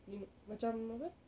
in macam apa